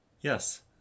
Yes